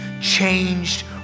changed